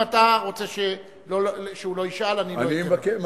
אם אתה רוצה שהוא לא ישאל, אני לא אתן לו.